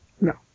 No